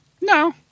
No